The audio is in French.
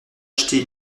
acheté